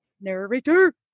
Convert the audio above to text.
Narrator